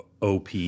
OP